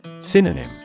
Synonym